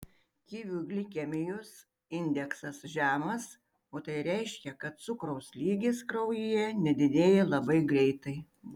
kivių glikemijos indeksas žemas o tai reiškia kad cukraus lygis kraujyje nedidėja labai greitai